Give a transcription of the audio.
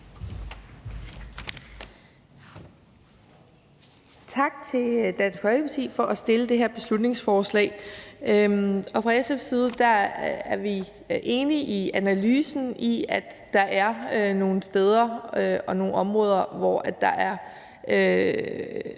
Tak til Dansk Folkeparti for at fremsætte det her beslutningsforslag. Fra SF's side er vi enige i analysen af, at der er nogle steder og nogle områder, hvor der er